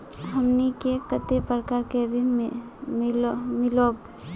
हमनी के कते प्रकार के ऋण मीलोब?